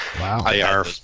Wow